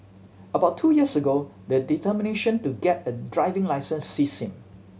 about two years ago the determination to get a driving licence seized him